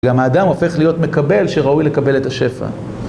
גם האדם הופך להיות מקבל שראוי לקבל את השפע.